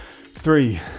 three